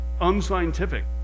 unscientific